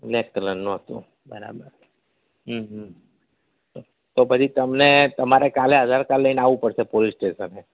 black કલરનું હતું બરાબર તો પછી તમને તમારે કાલે આધાર કાર્ડ લઈને આવવું પડશે પોલીસ સ્ટેશને